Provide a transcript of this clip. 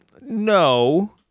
No